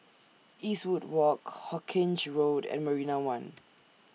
Eastwood Walk Hawkinge Road and Marina one